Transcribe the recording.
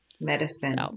Medicine